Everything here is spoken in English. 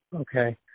Okay